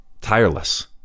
tireless